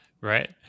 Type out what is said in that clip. Right